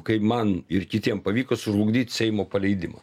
kai man ir kitiem pavyko sužlugdyt seimo paleidimą